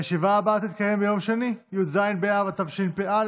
הישיבה הבאה תתקיים ביום שני, י"ז באב התשפ"א,